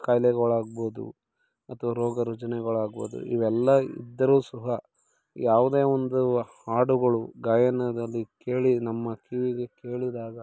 ಕಾಯಿಲೆಗಳಾಗ್ಬೋದು ಅಥ್ವಾ ರೋಗರುಜಿನಗಳಾಗ್ಬೊದು ಇವೆಲ್ಲ ಇದ್ದರೂ ಸಹ ಯಾವುದೇ ಒಂದು ಹಾಡುಗಳು ಗಾಯನದಲ್ಲಿ ಕೇಳಿ ನಮ್ಮ ಕಿವಿಗೆ ಕೇಳಿದಾಗ